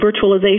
virtualization